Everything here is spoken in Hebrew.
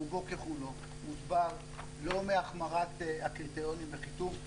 רובו ככולו מוסבר לא מהחמרת הקריטריונים לחיתום,